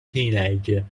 teenager